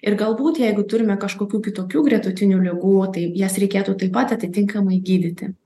ir galbūt jeigu turime kažkokių kitokių gretutinių ligų tai jas reikėtų taip pat atitinkamai gydyti